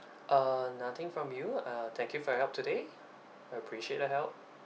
uh nothing from you uh thank you for your help today I appreciate your help